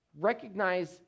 Recognize